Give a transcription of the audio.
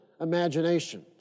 imagination